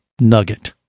nugget